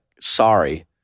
sorry